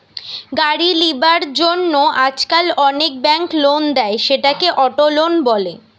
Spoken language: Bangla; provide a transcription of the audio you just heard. গাড়ি লিবার জন্য আজকাল অনেক বেঙ্ক লোন দেয়, সেটাকে অটো লোন বলে